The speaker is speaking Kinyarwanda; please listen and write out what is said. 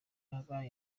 mamba